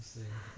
是